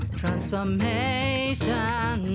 transformation